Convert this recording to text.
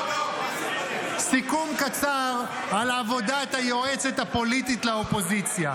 סיכום קצר על עבודת היועצת הפוליטית לאופוזיציה.